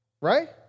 right